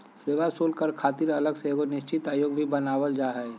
सेवा शुल्क कर खातिर अलग से एगो निश्चित आयोग भी बनावल जा हय